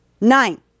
nine